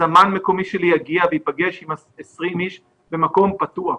אמן מקומי שלי יגיע וייפגש עם 20 איש במקום פתוח,